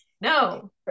no